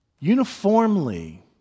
uniformly